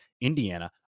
Indiana